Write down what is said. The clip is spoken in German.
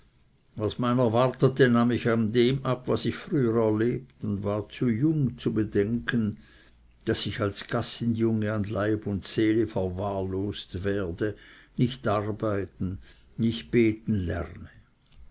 was meiner wartete nahm ich aus dem ab was ich früher erlebt und war zu jung zu bedenken daß ich als gassenjunge an leib und seele verwahrlost werde nicht arbeiten nicht beten lerne